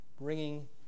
bringing